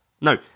No